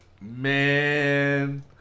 man